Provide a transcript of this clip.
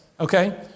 Okay